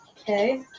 Okay